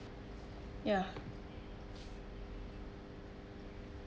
ya